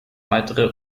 weitere